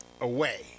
away